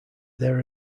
their